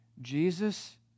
Jesus